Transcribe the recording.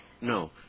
No